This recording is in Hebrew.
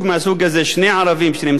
שני ערבים שנמצאים בוועד